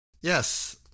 Yes